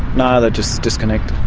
no, they'd just disconnect.